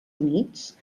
units